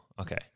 okay